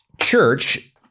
church